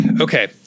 Okay